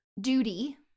duty